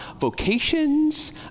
vocations